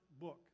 book